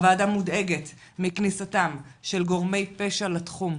הוועדה מודאגת מכניסתם של גורמי פשע לתחום.